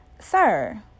sir